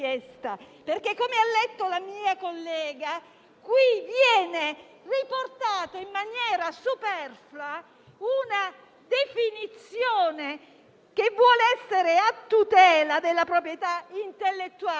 perché - come ha detto la mia collega - qui viene riportata in maniera superflua una definizione che vuole essere a tutela della proprietà intellettuale,